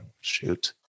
shoot